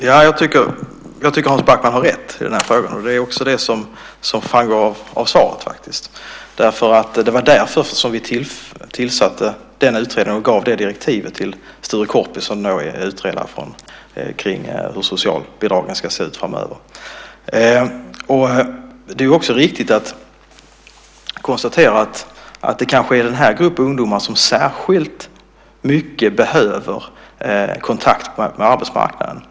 Herr talman! Jag tycker att Hans Backman har rätt i den här frågan. Det är också det som framgår av svaret. Det var därför vi tillsatte utredningen och gav direktivet till Sture Korpi som är utredaren kring hur socialbidragen ska se ut framöver. Det är också riktigt att konstatera att det kanske är den här gruppen ungdomar som särskilt mycket behöver kontakt med arbetsmarknaden.